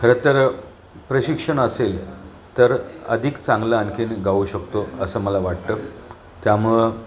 खरं तर प्रशिक्षण असेल तर अधिक चांगलं आणखीन गाऊ शकतो असं मला वाटतं त्यामुळं